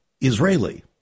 Israeli